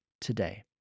today